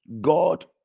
god